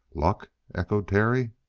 luck? echoed terry.